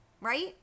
Right